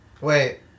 Wait